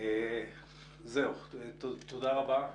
תודה רבה,